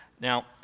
Now